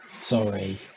sorry